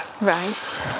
right